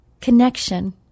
Connection